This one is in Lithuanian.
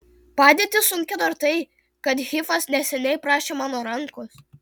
padėtį sunkino ir tai kad hifas neseniai prašė mano rankos